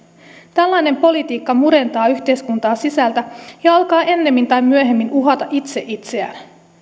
tällainen politiikka murentaa yhteiskuntaa sisältä ja alkaa ennemmin tai myöhemmin uhata itse itseään